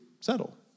settle